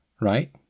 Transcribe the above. right